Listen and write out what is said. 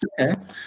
okay